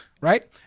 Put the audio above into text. Right